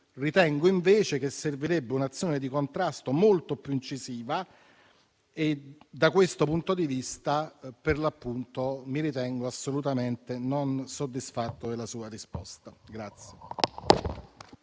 ritengo invece che servirebbe un'azione di contrasto molto più incisiva. Da questo punto di vista, mi ritengo assolutamente non soddisfatto della sua risposta.